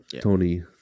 Tony